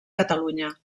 catalunya